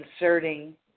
inserting